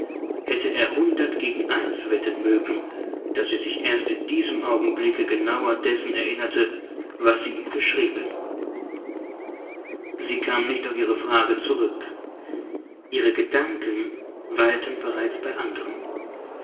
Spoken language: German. hätte er hundert gegen eins wetten mögen daß sie sich erst in diesem augenblicke genauer dessen erinnerte was sie ihm geschrieben sie kam nicht auf ihre frage zurück ihre gedanken weilten bereits bei anderem